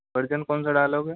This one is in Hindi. वर्ज़न कौनसा डालोगे